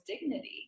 dignity